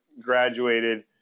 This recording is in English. graduated